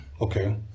Okay